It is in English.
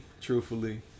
truthfully